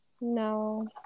No